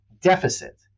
deficit